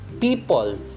people